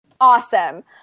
Awesome